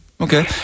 okay